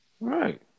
Right